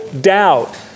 doubt